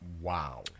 Wow